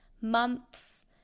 months